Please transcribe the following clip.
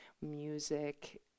music